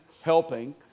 helping